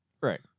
Right